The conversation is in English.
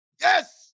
Yes